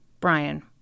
Brian